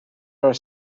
are